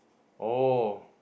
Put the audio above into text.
oh